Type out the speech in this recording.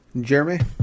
jeremy